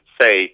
say